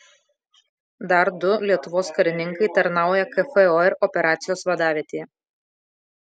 dar du lietuvos karininkai tarnauja kfor operacijos vadavietėje